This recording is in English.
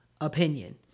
opinion